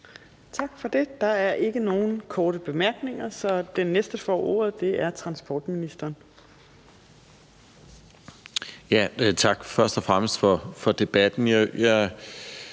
Tak for det. Der er ikke nogen korte bemærkninger, så den næste, der får ordet, er transportministeren. Kl. 21:44 Transportministeren